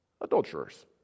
Adulterers